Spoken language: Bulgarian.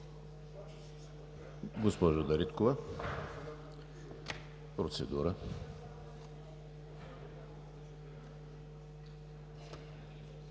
госпожо Дариткова. Процедура